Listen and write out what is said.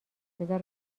بذار